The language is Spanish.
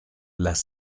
las